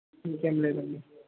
ఇంకేం లేదండి